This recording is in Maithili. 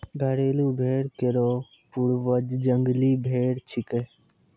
घरेलू भेड़ केरो पूर्वज जंगली भेड़ छिकै